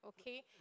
Okay